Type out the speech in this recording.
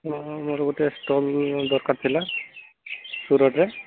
ମୋର ମୋର ଗୋଟେ ସ୍ଟଲ୍ ଦରକାର ଥିଲା ସୁରଟରେ